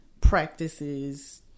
practices